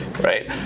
right